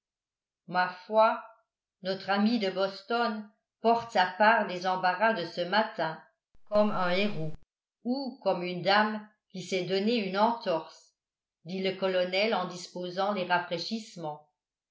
ma foi notre ami de boston porte sa part des embarras de ce matin comme un héros ou comme une dame qui s'est donné une entorse dit le colonel en disposant les rafraîchissements